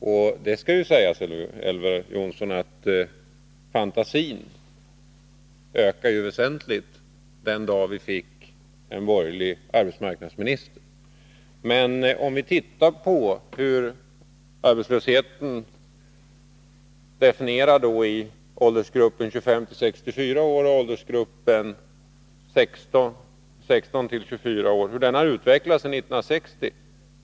Och det skall sägas, Elver Jonsson, att fantasin ökade väsentligt den dag vi fick en borgerlig arbetsmarknadsminister. Men vi kan se på hur arbetslösheten, i åldersgruppen 25-64 år och åldersgruppen 16-24 år, har utvecklats sedan 1960.